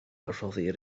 rhoddir